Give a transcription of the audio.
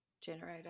generator